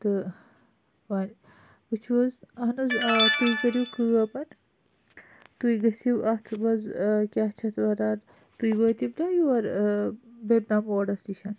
تہٕ وۄنۍ وُچھو حظ اَہَن حظ ٲں تُہۍ کٔرِو کٲم تُہۍ گٔژِھو اَتھ منٛز کیٛاہ چھِ اَتھ وَنان تُہۍ وٲتِو نا یور ٲں بیٚمِنا موڈَس نِش